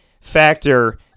factor